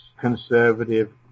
conservative